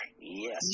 Yes